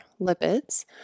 lipids